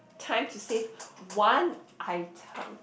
time to save one item